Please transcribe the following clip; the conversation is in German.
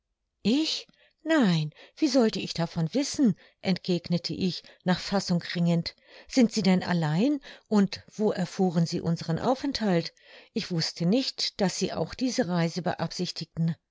ich nein wie sollte ich davon wissen entgegnete ich nach fassung ringend sind sie denn allein und wo erfuhren sie unseren aufenthalt ich wußte nicht daß sie auch diese reise beabsichtigten